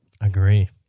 Agree